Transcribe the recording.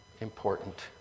important